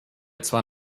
zwar